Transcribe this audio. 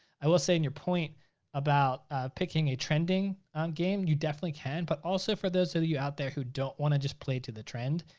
i will say and your point about picking a trending um game, you definitely can. but also for those ah of you out there who don't wanna just play to the trend,